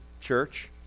church